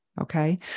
Okay